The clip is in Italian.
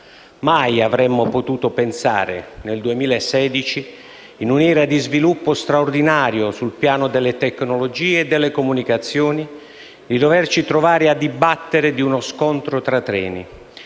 Mai avremmo potuto pensare, nel 2016, in un'era di sviluppo straordinario sul piano delle tecnologie e delle comunicazioni, di doverci trovare a dibattere di uno scontro tra treni,